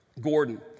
Gordon